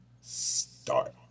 start